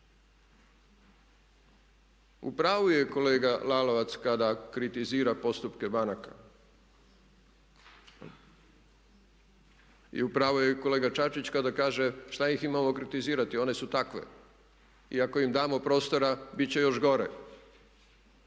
U pravu je kolega Lalovac kada kritizira postupke banaka i u pravu je i kolega Čačić kada kaže što ih imamo kritizirati one su takve i ako im damo prostora bit će još gore.